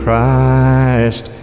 Christ